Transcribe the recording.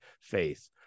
faith